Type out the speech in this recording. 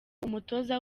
umutoza